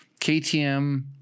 ktm